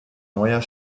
neuer